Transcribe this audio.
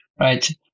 right